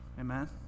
Amen